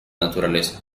naturaleza